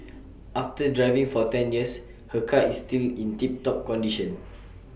after driving for ten years her car is still in tip top condition